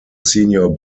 senior